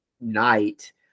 night